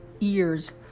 ears